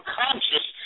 conscious